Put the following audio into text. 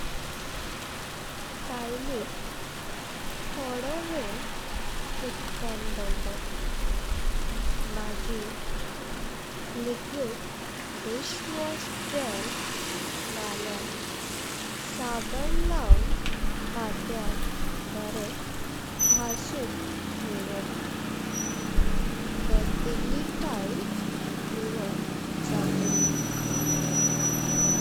कायलिक थोडो वेळ उदकां दर्‍व। मागीर तेजेर लिक्विड डिशवॉश जेल नळ्यार साबण लावन काट्यान्न बरे घासून घेवप, करपिल्ली काया निउळ जातळी।